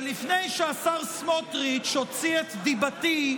ולפני שהשר סמוטריץ' הוציא את דיבתי,